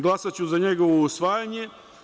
Glasaću za njegovo usvajanje.